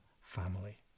family